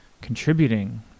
contributing